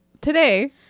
today